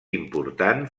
important